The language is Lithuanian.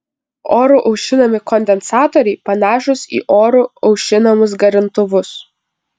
oru aušinami kondensatoriai panašūs į oru aušinamus garintuvus